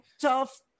tough